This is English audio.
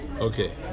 Okay